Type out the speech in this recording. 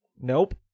nope